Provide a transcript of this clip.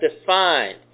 defined